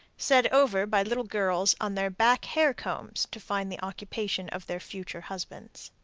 said over by little girls on their back hair combs to find the occupation of their future husbands.